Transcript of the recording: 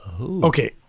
Okay